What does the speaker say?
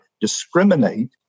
discriminate